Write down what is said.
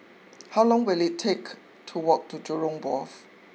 how long will it take to walk to Jurong Wharf